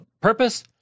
purpose